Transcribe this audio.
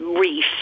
Reef